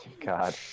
God